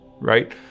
right